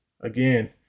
again